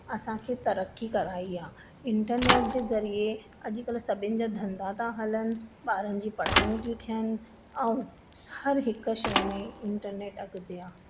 असांखे तरक़्क़ी कराई आहे इंटरनेट जे ज़रिए अॼुकल्ह सभिनि जा धंधा था हलनि ॿारनि जूं पढ़ायूं थियूं थियनि ऐं हर हिकु शइ में इंटरनेट अॻिते आहे